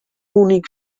únic